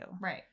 Right